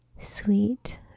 sweet